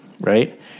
right